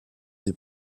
des